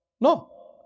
No